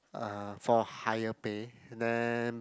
uh for higher pay and then